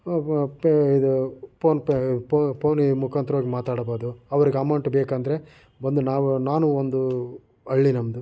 phone pay ಪೋನಿನ ಮುಖಾಂತರವಾಗಿ ಮಾತಾಡಬೋದು ಅವ್ರಿಗೆ ಅಮೌಂಟ್ ಬೇಕೆಂದರೆ ಬಂದು ನಾವು ನಾನು ಒಂದು ಹಳ್ಳಿ ನಮ್ಮದು